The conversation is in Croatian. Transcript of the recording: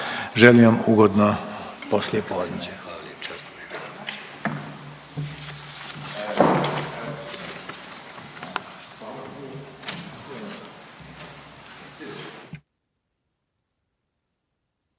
Želim vam ugodno poslijepodne.